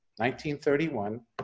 1931